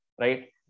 right